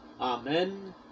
Amen